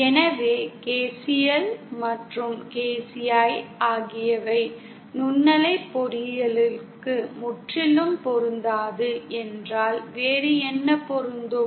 எனவே KCL மற்றும் KCL ஆகியவை நுண்ணலை பொறியியலுக்கு முற்றிலும் பொருந்தாது என்றால் வேறு என்ன பொருந்தும்